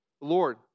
Lord